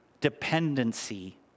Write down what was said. Dependency